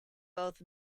both